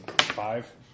Five